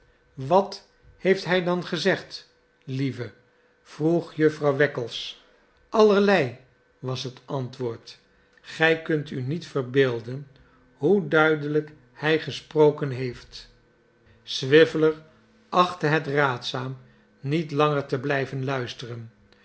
wat heeft hij dan gezegd lieve vroeg jufvrouw wackles allerlei was het antwoord gij kunt u niet verbeelden hoe duidelijk hij gesproken heeft swiveller achtte het raadzaam niet langer te blijven luisteren